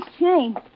chain